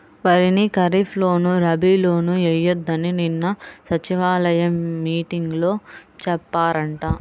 వరిని ఖరీప్ లోను, రబీ లోనూ ఎయ్యొద్దని నిన్న సచివాలయం మీటింగులో చెప్పారంట